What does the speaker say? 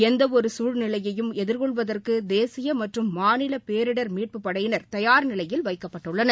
எந்த ஒரு சூழ்நிலையையும் எதிர்கொள்வதற்கு தேசிய மற்றும் மாநில பேரிடர் மீட்புப் படையினர் தயார் நிலையில் வைக்கப்பட்டுள்ளனர்